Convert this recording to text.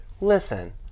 Listen